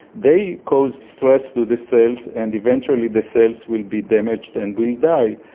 they cause stress to the cells and eventually the cells will be damaged and will die.